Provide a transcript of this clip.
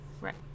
right